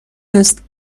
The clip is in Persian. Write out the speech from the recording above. است